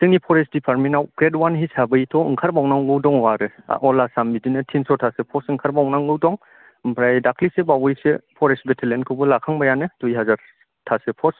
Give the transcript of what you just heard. जोंनि फरेस्ट दिफारमेन्टाव ग्रेड अवान हिसाबै थ'ओंखार बावनांगौ दङ आरो अल आसाम बिदिनो थिनस'थासो फस्ट ओंखार बावनांगौ दङ ओमफ्राइ दाख्लैसो बावयैसो फरेस्ट बेटेलियन खौबो लाखांबायानो दुइहाजारथासो फस्ट